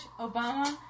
Obama